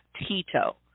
Tito